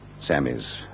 Sammy's